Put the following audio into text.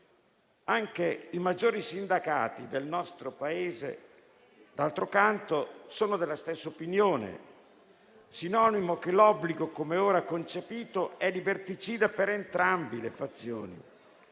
Anche i maggiori sindacati del nostro Paese, d'altro canto, sono della stessa opinione e ciò è sinonimo del fatto che l'obbligo, come è ora concepito, è liberticida per entrambe le fazioni.